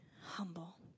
humble